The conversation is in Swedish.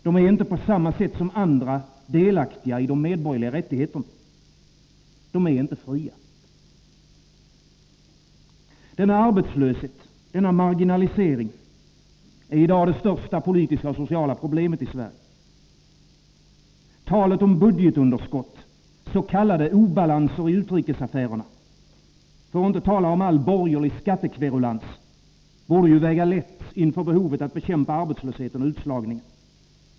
De är inte på samma sätt som andra delaktiga i de medborgerliga rättigheterna. De är inte fria. Denna arbetslöshet, denna marginalisering, är i dag det största politiska och sociala problemet i Sverige. Talet om budgetunderskott, s.k. obalanser i utrikesaffärerna, för att inte tala om all borgerlig skattekverulans, borde ju väga lätt inför behovet att bekämpa arbetslösheten och utslagningen.